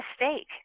mistake